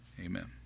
Amen